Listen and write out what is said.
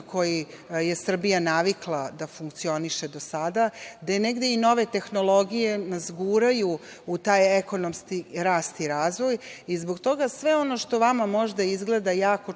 koji je Srbija navikla da funkcioniše do sada, gde negde i nove tehnologije nas guraju u taj ekonomski rasta i razvoj. Zbog toga sve ono što vama možda izgleda jako čudno